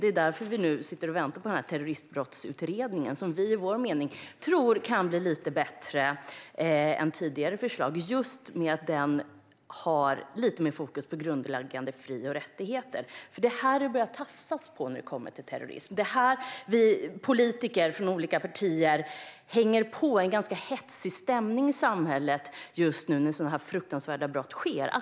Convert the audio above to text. Det är därför som vi nu väntar på Terroristbrottsutredningen, som vi tror kan komma med förslag som är lite bättre än tidigare förslag och har lite mer fokus på grundläggande fri och rättigheter. Det är här det börjar tafsas när det kommer till terrorism. Det är här vi politiker från olika partier hakar på en ganska hetsig stämning i samhället, när sådana fruktansvärda brott sker.